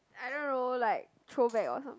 I don't know like throwback or something